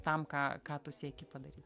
tam ką ką tu sieki padaryt